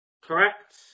Correct